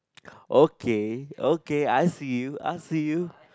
okay okay ask you ask you